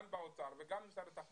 גם לאוצר וגם למשרד התחבורה,